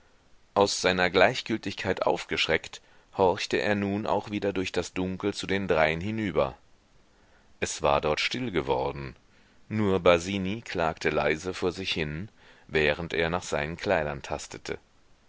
aus seiner gleichgültigkeit aufgeschreckt horchte er nun auch wieder durch das dunkel zu den dreien hinüber es war dort still geworden nur basini klagte leise vor sich hin während er nach seinen kleidern tastete